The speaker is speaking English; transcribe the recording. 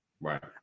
Right